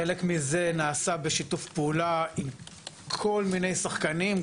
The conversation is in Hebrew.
חלק מזה נעשה בשיתוף פעולה עם כל מיני שחקנים,